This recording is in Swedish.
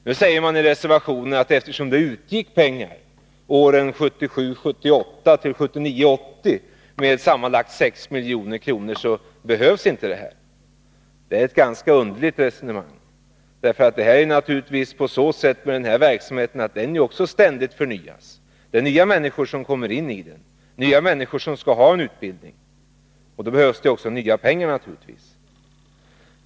Nu sägs i reservationen, att eftersom det för budgetåren 1977 80 utgick sammanlagt 6 milj.kr. för detta ändamål, behövs inga pengar nu. Det är ett ganska underligt resonemang. Denna verksamhet förnyas naturligtvis ständigt, nya människor kommer in, nya människor skall ha utbildning. Då behövs givetvis också nya pengar.